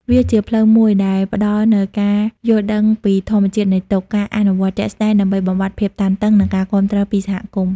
វាជាផ្លូវមួយដែលផ្តល់នូវការយល់ដឹងពីធម្មជាតិនៃទុក្ខ ការអនុវត្តជាក់ស្តែងដើម្បីបំបាត់ភាពតានតឹង និងការគាំទ្រពីសហគមន៍។